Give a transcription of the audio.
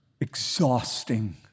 Exhausting